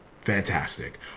Fantastic